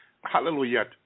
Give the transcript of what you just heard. Hallelujah